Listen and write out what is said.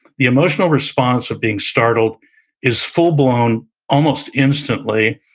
the emotional response of being startled is full-blown almost instantly,